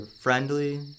friendly